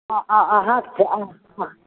अहाँ